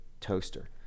toaster